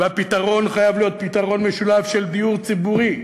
הפתרון חייב להיות פתרון משולב של דיור ציבורי.